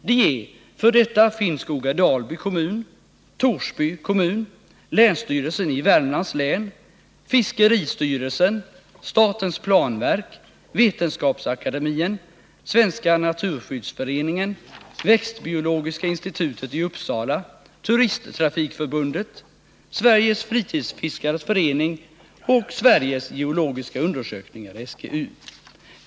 De är f. d. Finnskoga Dalby kommun, Torsby kommun, länsstyrelsen i Värmlands län, fiskeristyrelsen, statens planverk, Vetenskapsakademien, Svenska naturskyddsföreningen, växtbiologiska institutionen i Uppsala, Turisttrafikförbundet, Sveriges fritidsfiskares förening och Sveriges geologiska undersökning, SGU.